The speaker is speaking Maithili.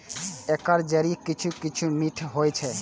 एकर जड़ि किछु किछु मीठ होइ छै